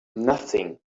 nothing